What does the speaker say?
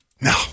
no